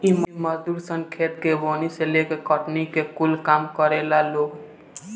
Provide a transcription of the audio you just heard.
इ मजदूर सन खेत के बोअनी से लेके कटनी ले कूल काम करेला लोग